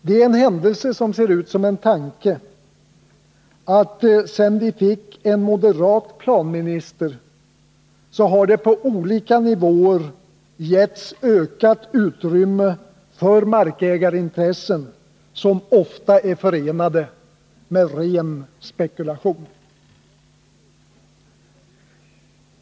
Det är en händelse som ser ut som en tanke att, sedan vi fick en moderat planmiinister, det på olika nivåer har getts ökat utrymme för markägarintressen, som ofta är förenade med ren spekulation.